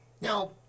Now